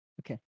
Okay